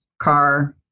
car